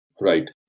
Right